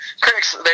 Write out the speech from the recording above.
Critics